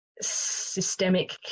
systemic